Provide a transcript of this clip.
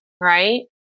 right